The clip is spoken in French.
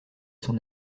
son